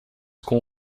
com